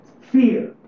fear